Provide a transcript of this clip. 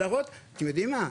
אתה יודעים מה,